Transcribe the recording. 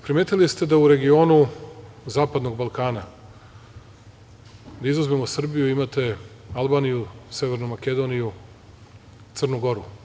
Primetili ste da u regionu zapadnog Balkana, da izuzmemo Srbiju, imate Albaniju, Severnu Makedoniju, Crnu Goru.